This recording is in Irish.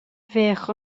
bheadh